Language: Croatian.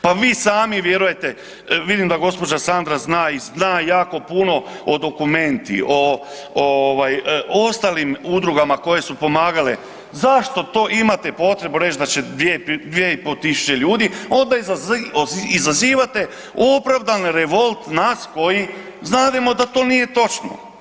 Pa vi sami vjerujete, vidim da gđa. Sandra zna i zna jako puno o dokumenti, o, o ovaj ostalim udrugama koje su pomagale, zašto to imate potrebu reć da će 2.500 ljudi, onda izazivate opravdani revolt nas koji znademo da to nije točno.